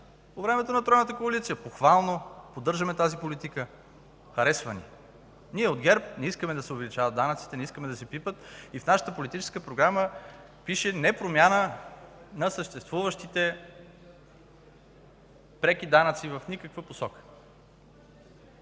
По времето на тройната коалиция. Похвално – поддържаме тази политика, харесва ни. Ние от ГЕРБ не искаме да се увеличават данъците, не искаме да се пипат и в нашата Политическа програма пише „непромяна на съществуващите преки данъци в никаква посока”.